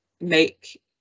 make